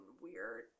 weird